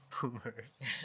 boomers